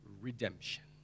redemption